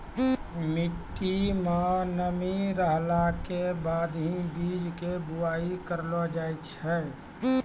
मिट्टी मं नमी रहला के बाद हीं बीज के बुआई करलो जाय छै